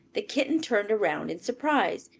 the kitten turned around in surprise.